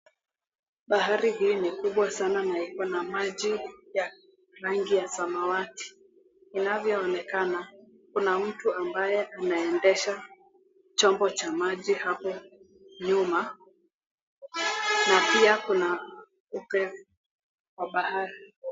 Bahari hii ni kubwa sana na iko na maji ya rangi ya samawati, inavyoonekana kuna mtu ambaye anaendesha chombo cha maji hapo nyuma na pia kuna upepo wa bahari.